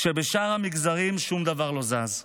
כשבשאר המגזרים שום דבר לא זז.